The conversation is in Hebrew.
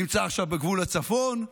נמצא עכשיו בגבול הצפון,